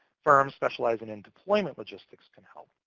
firms specializing in deployment logistics can help.